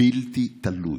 בלתי תלוי.